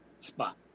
spot